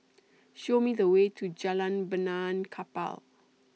Show Me The Way to Jalan Benaan Kapal